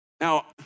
Now